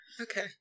Okay